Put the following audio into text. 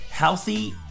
Healthy